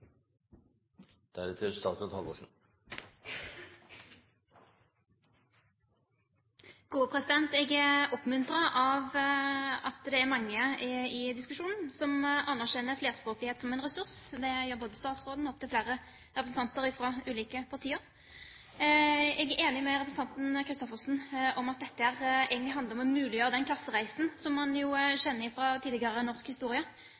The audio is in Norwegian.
av at det er mange i diskusjonen som anerkjenner flerspråklighet som en ressurs. Det gjør både statsråden og opptil flere representanter fra ulike partier. Jeg er enig med representanten Christoffersen i at dette egentlig handler om å muliggjøre den klassereisen som man jo kjenner fra tidligere norsk historie,